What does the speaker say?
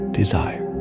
desire